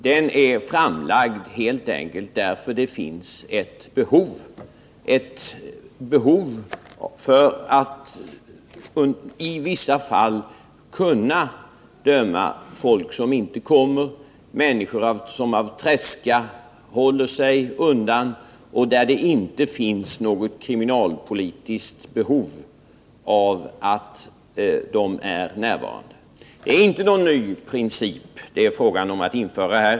Den är framlagd helt enkelt därför att det finns ett behov av att i vissa fall kunna döma människor som inte kommer till rättegången, som av tredska håller sig undan och där det inte finns något kriminalpolitiskt behov av att de är närvarande. Det är inte fråga om att införa någon ny princip.